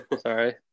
sorry